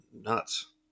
nuts